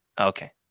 Okay